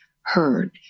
heard